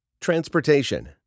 transportation